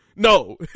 No